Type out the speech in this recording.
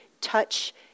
touch